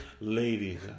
ladies